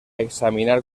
examinar